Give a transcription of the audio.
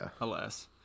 alas